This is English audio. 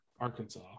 Arkansas